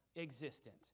existent